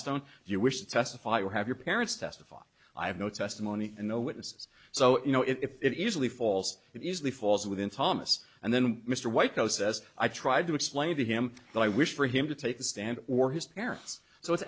don't you wish to testify or have your parents testify i have no testimony and no witnesses so you know if it easily falls it easily falls within thomas and then mr white though says i tried to explain to him that i wish for him to take the stand or his parents so it's